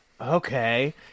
Okay